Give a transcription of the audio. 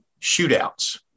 shootouts